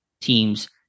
teams